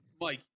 Mike